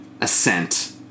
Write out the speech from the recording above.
ascent